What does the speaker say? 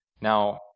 Now